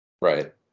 Right